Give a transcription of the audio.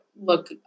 look